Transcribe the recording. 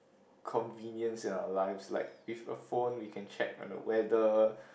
convenience in our lives like with a phone we can check on the weather